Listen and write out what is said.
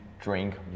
drink